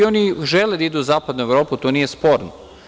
Oni žele da idu zapadnu Evropu, to nije sporno.